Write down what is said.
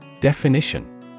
Definition